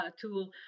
tool